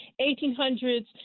1800s